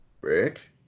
Rick